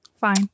Fine